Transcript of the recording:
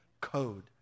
code